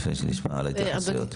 לפני שנשמע התייחסויות הלאה.